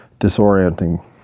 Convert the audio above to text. disorienting